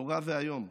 נורא ואיום.